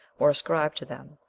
were ascribed to them.